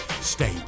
state